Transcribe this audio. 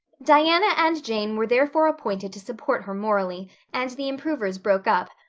diana and jane were therefore appointed to support her morally and the improvers broke up,